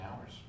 hours